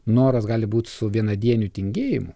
noras gali būt su vienadieniu tingėjimu